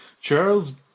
Charles